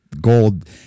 gold